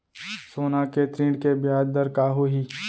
सोना के ऋण के ब्याज दर का होही?